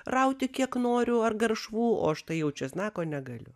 rauti kiek noriu ar garšvų o štai jau česnako negaliu